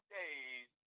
days